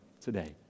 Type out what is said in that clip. today